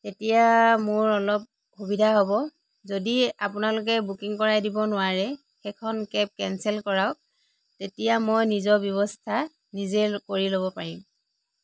তেতিয়া মোৰ অলপ সুবিধা হ'ব যদি আপোনালোকে বুকিং কৰাই দিব নোৱাৰে সেইখন কেব কেঞ্চেল কৰাওঁক তেতিয়া মই নিজৰ ব্যৱস্থা নিজে কৰি ল'ব পাৰিম